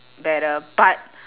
better but